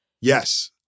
Yes